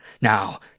Now